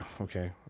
Okay